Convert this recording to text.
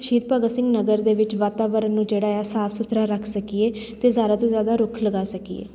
ਸ਼ਹੀਦ ਭਗਤ ਸਿੰਘ ਨਗਰ ਦੇ ਵਿੱਚ ਵਾਤਾਵਰਨ ਨੂੰ ਜਿਹੜਾ ਹੈ ਆ ਸਾਫ ਸੁਥਰਾ ਰੱਖ ਸਕੀਏ ਅਤੇ ਜ਼ਿਆਦਾ ਤੋਂ ਜ਼ਿਆਦਾ ਰੁੱਖ ਲਗਾ ਸਕੀਏ